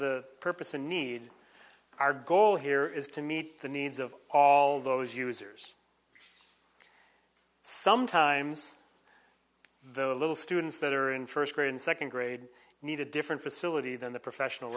the purpose a need our goal here is to meet the needs of all those users sometimes the little students that are in first grade and second grade need a different facility than the professional